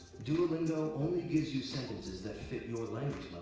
duolingo only gives you sentences that fit your language